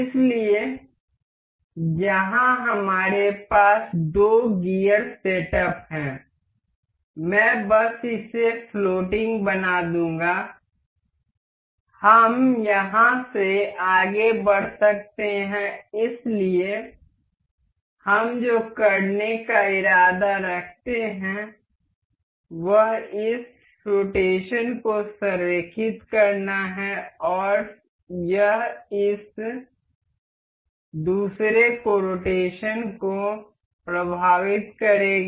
इसलिए यहां हमारे पास दो गियर सेटअप हैं मैं बस इसे फ्लोटिंग बना दूंगा हम यहां से आगे बढ़ सकते हैं इसलिए हम जो करने का इरादा रखते हैं वह इस रोटेशन को संरेखित करना है और यह दूसरे के रोटेशन को प्रभावित करेगा